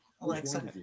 Alexa